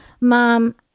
Mom